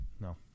No